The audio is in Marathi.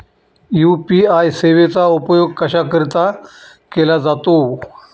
यू.पी.आय सेवेचा उपयोग कशाकरीता केला जातो?